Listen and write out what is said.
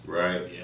right